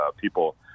people